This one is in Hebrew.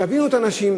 תביאו את האנשים.